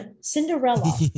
Cinderella